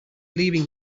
leaving